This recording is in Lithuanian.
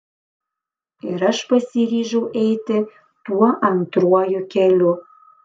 ir aš pasiryžau eiti tuo antruoju keliu